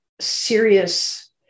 serious